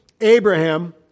Abraham